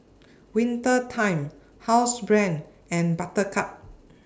Winter Time Housebrand and Buttercup